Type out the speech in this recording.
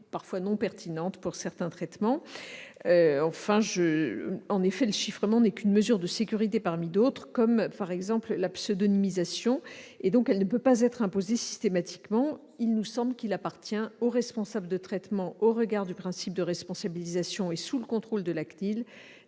parfois non pertinente pour certains traitements. En effet, le chiffrement n'est qu'une mesure de sécurité parmi d'autres, comme la « pseudonymisation ». Il ne peut donc pas être imposé systématiquement. Selon nous, il appartient aux responsables de traitement, au regard du principe de responsabilisation et sous le contrôle de la CNIL,